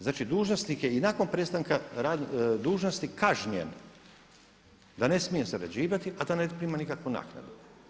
Znači dužnosnik je i nakon prestanka dužnosti kažnjen da ne smije zarađivati, a da ne prima nikakvu naknadu.